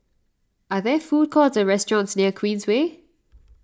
are there food courts or restaurants near Queensway